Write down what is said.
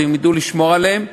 ואז הם ידעו לשמור עליו.